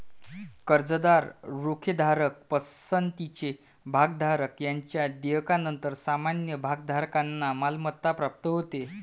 कर्जदार, रोखेधारक, पसंतीचे भागधारक यांच्या देयकानंतर सामान्य भागधारकांना मालमत्ता प्राप्त होते